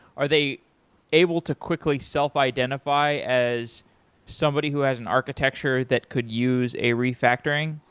are they able to quickly self-identify as somebody who has an architecture that could use a refactoring?